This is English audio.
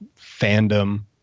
fandom